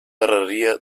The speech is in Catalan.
darreria